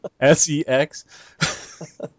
s-e-x